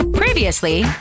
Previously